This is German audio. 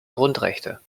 grundrechte